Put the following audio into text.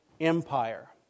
empire